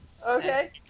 Okay